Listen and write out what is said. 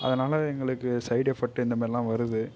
அதனால் எங்களுக்கு side effect இந்தமாதிரிலாம் வருது